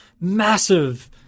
massive